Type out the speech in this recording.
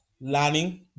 learning